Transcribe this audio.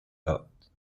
gout